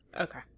Okay